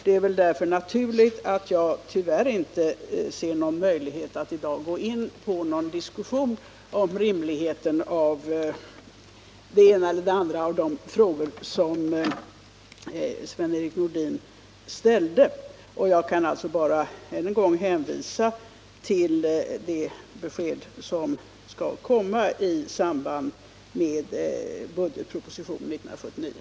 Det är därför naturligt att jag tyvärr inte ser någon möjlighet att i dag gå in på en diskussion om rimligheten av den ena eller den andra av de frågor som Sven-Erik Nordin ställde, och jag kan alltså bara än en gång hänvisa till det besked som skall komma i samband med budgetpropositionen 1979.